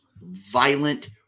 violent